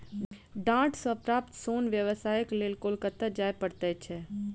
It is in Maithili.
डांट सॅ प्राप्त सोन व्यवसायक लेल कोलकाता जाय पड़ैत छै